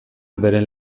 beren